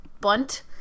bunt